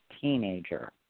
teenager